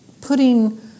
putting